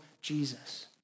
Jesus